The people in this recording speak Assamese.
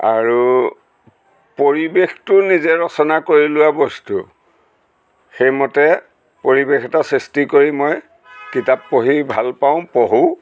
আৰু পৰিৱেশটো নিজে ৰচনা কৰি লোৱা বস্তু সেইমতে পৰিৱেশ এটা সৃষ্টি কৰি মই কিতাপ পঢ়ি ভাল পাওঁ পঢ়োঁ